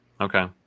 Okay